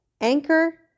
Anchor